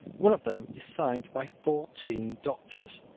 one of them is signed by fourteen doctors.